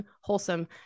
wholesome